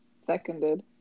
Seconded